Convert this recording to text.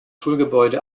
schulgebäude